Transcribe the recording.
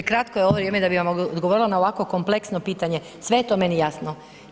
Prekratko je ovo vrijeme da bi vam odgovorila na ovako kompleksno pitanje, sve je to meni jasno.